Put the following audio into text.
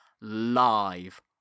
live